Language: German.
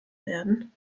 werden